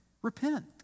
Repent